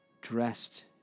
dressed